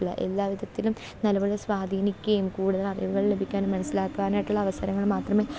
എല്ലാവിധത്തിലും നല്ലപോലെ സ്വാധീനിക്കുകയും കൂടുതൽ അറിവുകൾ ലഭിക്കാനും മനസ്സിലാക്കാനായിട്ടുള്ള അവസരങ്ങൾ മാത്രമേ